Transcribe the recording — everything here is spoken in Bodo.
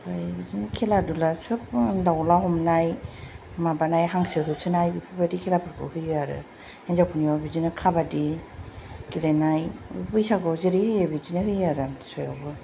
ओमफ्राय बिदिनो खेला दुला सोब आनो दावला हमनाय माबानाय हांसो होसोनाय बेफोर बायदि खेलाफोरखौ होयो आरो हिन्जाव फोरनिआबो बिदिनो काबाद्दि गेलेनाय बैसागुआव जेरै होयो बिदिनो होयो आरो आमतिसुवा यावबो